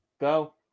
Go